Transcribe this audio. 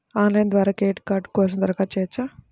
Online ద్వారా credit card కోసం దరఖాస్తు చేయవచ్చా?